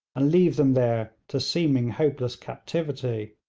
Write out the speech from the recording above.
and leave them there to seeming hopeless captivity.